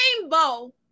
rainbow